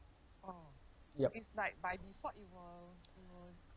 yup